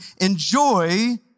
enjoy